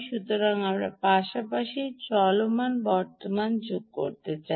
সুতরাং আমরা পাশাপাশি চলমান বর্তমান যোগ করতে চাই